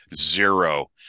Zero